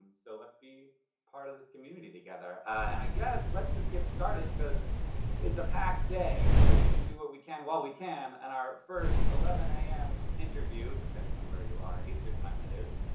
and so let's be part of this community together. and i guess, let's just get started, cause it's a packed day. so we should do what we can while we can. and our first eleven a m. interview, depending on where you are, eastern time, that is,